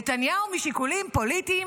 נתניהו, משיקולים פוליטיים,